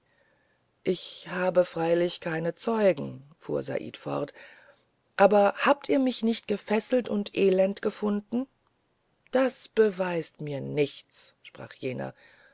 ich habe freilich keine zeugen fuhr said fort aber habt ihr mich nicht gefesselt und elend gefunden das beweist mir gar nichts sprach jener